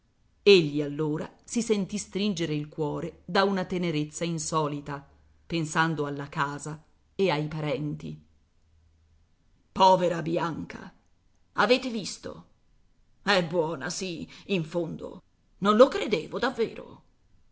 egli allora si sentì stringere il cuore da una tenerezza insolita pensando alla casa e ai parenti povera bianca avete visto è buona sì in fondo non lo credevo davvero